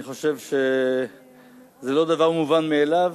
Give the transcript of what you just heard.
אני חושב שזה לא דבר מובן מאליו,